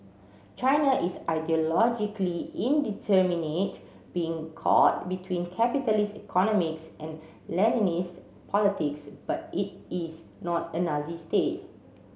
China is ideologically indeterminate being caught between capitalist economics and Leninist politics but it is not a Nazi state